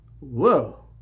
whoa